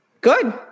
good